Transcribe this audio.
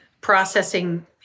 processing